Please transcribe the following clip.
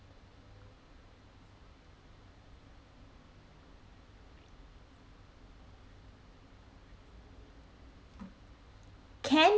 can